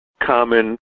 common